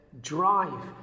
drive